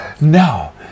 Now